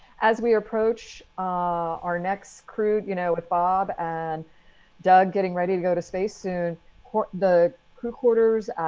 as we approach our next crude, you know, with bob and doug getting ready to go to space soon the crew quarters.